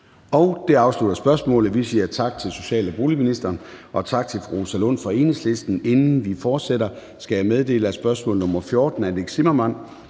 Det afslutter spørgsmålet. Vi siger tak til social- og boligministeren og tak til fru Rosa Lund fra Enhedslisten. Inden vi fortsætter, skal jeg meddele, at spørgsmål nr. 14 (spm. nr.